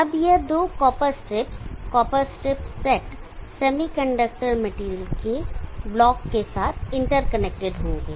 अब यह दो copper strips copper strips set semiconductor material के ब्लॉक के साथ इंटरकनेक्टेड होंगे